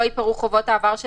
(היו"ר אוסאמה סעדי) אמרנו שאנחנו מעוניינים